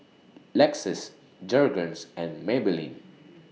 Lexus Jergens and Maybelline